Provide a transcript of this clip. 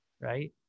right